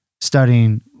studying